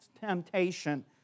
temptation